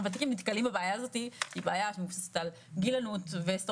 וותיקים נקלים בבעיה הזאתי שהיא בעיה שמתבססת על הגיל ועל